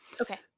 Okay